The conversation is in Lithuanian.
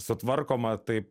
sutvarkoma taip